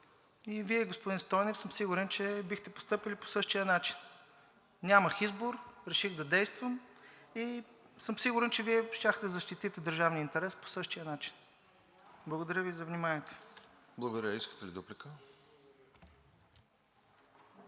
и Вие, господин Стойнев, съм сигурен, че бихте постъпили по същия начин. Нямах избор, реших да действам и съм сигурен, че Вие щяхте да защитите държавния интерес по същия начин. Благодаря Ви за вниманието. ПРЕДСЕДАТЕЛ РОСЕН